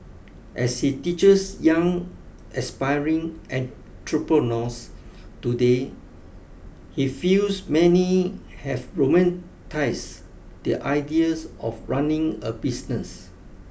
as he teaches young aspiring entrepreneurs today he feels many have romanticise the ideas of running a business